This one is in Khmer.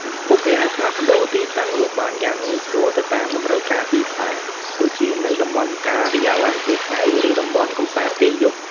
ពួកគេអាចផ្លាស់ប្តូរទីតាំងលក់បានយ៉ាងងាយស្រួលទៅតាមតម្រូវការទីផ្សារ ដូចជានៅតំបន់ការិយាល័យពេលថ្ងៃ ឬតំបន់កម្សាន្តពេលយប់។